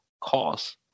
cause